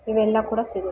ಇವೆಲ್ಲ ಕೂಡ ಸಿಗುತ್ತೆ